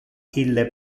ille